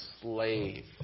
slave